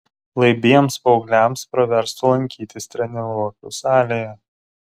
laibiems paaugliams praverstų lankytis treniruoklių salėje